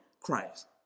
Christ